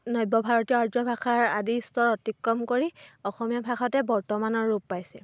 নব্য ভাৰতীয় আৰ্য ভাষা আদিৰ স্তৰ অতিক্ৰম কৰি অসমীয়া ভাষাটোৱে বৰ্তমানৰ ৰূপ পাইছে